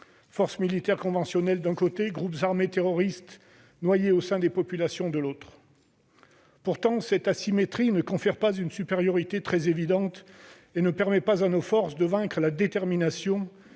forces militaires conventionnelles, d'un côté, groupes armés terroristes noyés au sein des populations, de l'autre. Pourtant, cette asymétrie ne confère pas une supériorité très évidente et ne permet pas à nos forces de vaincre la détermination,